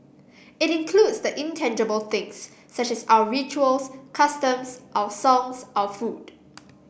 it includes the intangible things such as our rituals customs our songs our food